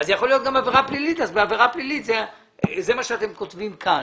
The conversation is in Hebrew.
יכולה להיות גם עבירה פלילית בעבירה פלילית זה מה שאתם כותבים כאן.